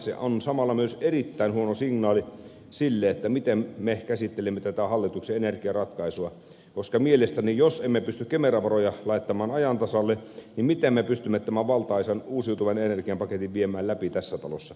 se on samalla myös erittäin huono signaali sille miten me käsittelemme tätä hallituksen energiaratkaisua koska jos emme pysty kemera varoja laittamaan ajan tasalle niin miten me pystymme tämän valtaisan uusiutuvan energian paketin viemään läpi tässä talossa